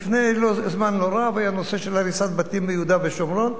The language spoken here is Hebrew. לפני זמן לא רב היה נושא של הריסת בתים ביהודה ושומרון,